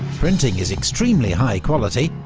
printing is extremely high quality,